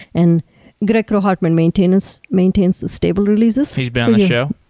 and greg koah-hartman maintains maintains the stable releases. he's been on the show.